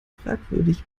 fragwürdig